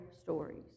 stories